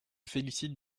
félicite